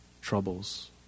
troubles